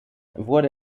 wurde